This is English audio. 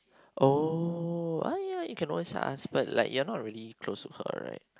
oh !aiya! you can always ask but like you're not really close to her right